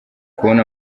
kubona